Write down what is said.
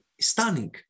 stunning